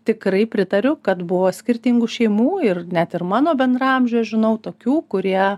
tikrai pritariu kad buvo skirtingų šeimų ir net ir mano bendraamžio žinau tokių kurie